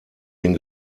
den